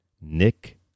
Nick